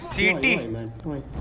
the demon